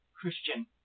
Christian